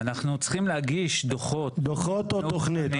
אנחנו צריכים להגיש דוחות -- דוחות או תוכנית?